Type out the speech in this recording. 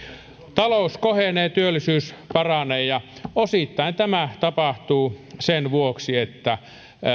talous kohenee työllisyys paranee ja osittain tämä tapahtuu sen vuoksi että